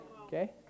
Okay